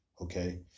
okay